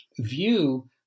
view